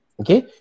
okay